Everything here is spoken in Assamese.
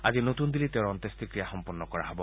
আজি নতুন দিল্লীত তেওঁৰ অন্ত্যোষ্টিক্ৰিয়া সম্পন্ন কৰা হব